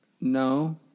No